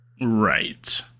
right